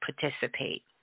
participate